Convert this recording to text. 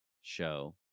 show